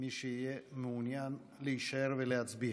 מי שיהיה מעוניין להישאר ולהצביע.